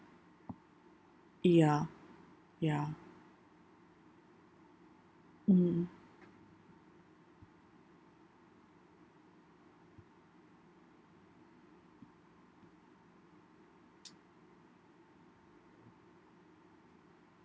ya ya mmhmm